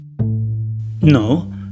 No